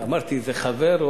אמרתי: זה חבר,